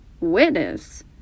Witness